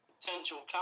potential